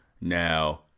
Now